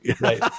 Right